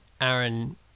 aaron